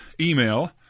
email